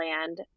land